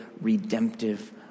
redemptive